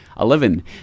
Eleven